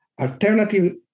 alternative